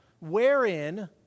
wherein